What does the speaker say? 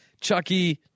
Chucky